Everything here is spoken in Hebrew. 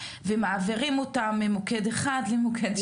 ומעבירים אותם ממוקד אחד למוקד שני,